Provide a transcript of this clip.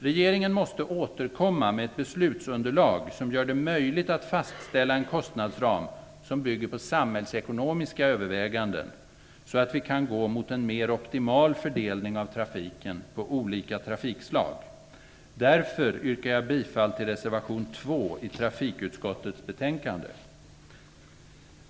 Regeringen måste återkomma med ett beslutsunderlag som gör det möjligt att fastställa en kostnadsram som bygger på samhällsekonomiska överväganden så att vi kan gå mot en mer optimal fördelning av trafiken på olika trafikslag. Därför yrkar jag bifall till reservation 2 i trafikutskottets betänkande.